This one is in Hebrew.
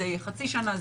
זה יהיה חצי שנה.